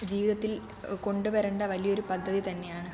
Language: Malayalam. ജീവിതത്തിൽ കൊണ്ടുവരേണ്ട വലിയ പദ്ധതി തന്നെയാണ്